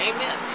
Amen